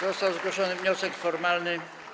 Został zgłoszony wniosek formalny.